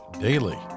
Daily